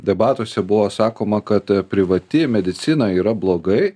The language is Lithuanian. debatuose buvo sakoma kad privati medicina yra blogai